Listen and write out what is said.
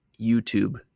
YouTube